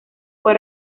fue